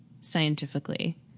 scientifically